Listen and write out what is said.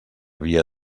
via